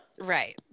Right